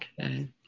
Okay